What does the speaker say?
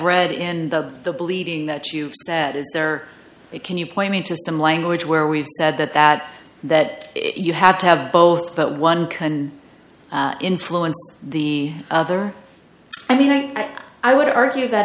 read in the bleeding that you that is there can you point me to some language where we've said that that that you had to have both but one can influence the other i mean i i would argue that